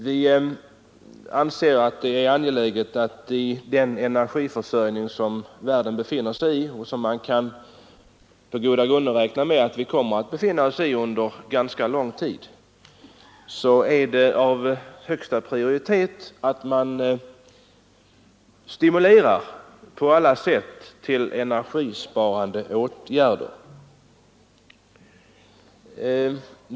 Med den situation i fråga om energiförsörjningen som världen har, och som man på goda grunder kan räkna med kommer att fortsätta under ganska lång tid, anser vi att det är av högsta prioritet att på alla sätt stimulera till energibesparande åtgärder.